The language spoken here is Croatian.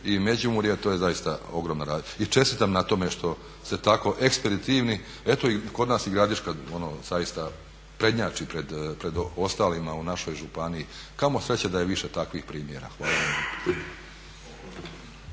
i Međimurje to je zaista ogromna razlika. I čestitam na tome što ste tako ekspeditivni. Eto i kod nas i Gradiška ono zaista prednjači pred ostalima u našoj županiji. Kamo sreće da je više takvih primjera. Hvala